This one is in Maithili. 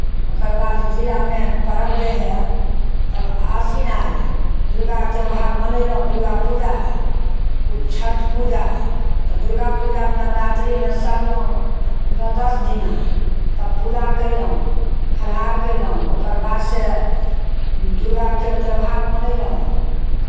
ओकर बाद जिलामे पर्व जे हइ तब आसिन आयल दुर्गा त्यौहार मनयलहुँ दुर्गा पूजा पू छठि पूजा तऽ दुर्गा पूजामे नवरात्रिमे सहलहुँ नओ दस् दिना तब पूजा कयलहुँ फलाहार कयलहुँ ओकर बादसँ दुर्गाके त्यौहार मनयलहुँ